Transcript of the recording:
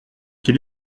quel